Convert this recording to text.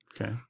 Okay